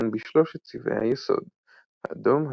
וכן בשלושת צבעי היסוד האדום,